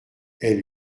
elle